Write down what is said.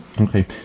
okay